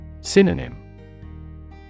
Synonym